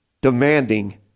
demanding